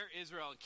Israel